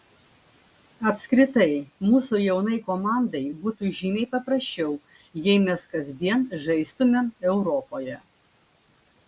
apskritai mūsų jaunai komandai būtų žymiai paprasčiau jei mes kasdien žaistumėm europoje